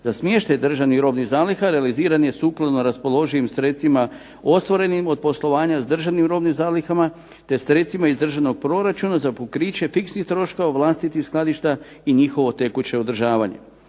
za smještaj državnih robnih zaliha realiziran je sukladno raspoloživim sredstvima ostvarenim od poslovanja s državnim robnim zalihama, te sredstvima iz državnog proračuna za pokriće fiksnih troškova vlastitih skladišta i njihovo tekuće održavanje.